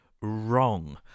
wrong